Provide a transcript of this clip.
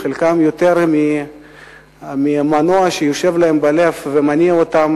חלקם יותר מהמנוע שנמצא בלב שלהם ומניע אותם